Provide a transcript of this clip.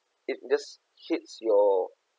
it just hits your